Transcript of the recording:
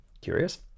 Curious